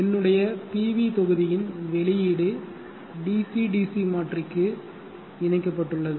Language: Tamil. என்னுடைய பிவி தொகுதியின் வெளியீடு DC DC மாற்றிக்கு இணைக்கப்பட்டுள்ளது